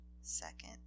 second